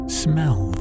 smell